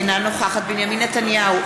אינה נוכחת בנימין נתניהו,